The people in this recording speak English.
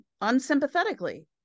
unsympathetically